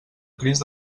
crist